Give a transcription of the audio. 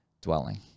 dwelling